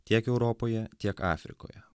tiek europoje tiek afrikoje